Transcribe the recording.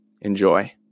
Enjoy